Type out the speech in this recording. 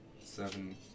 seven